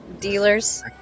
dealers